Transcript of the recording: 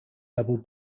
double